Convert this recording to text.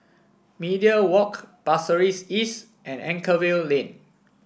Media Walk Pasir Ris East and Anchorvale Lane